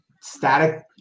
static